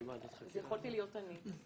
זו יכולתי להיות אני.